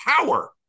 power